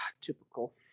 typical